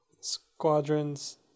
squadrons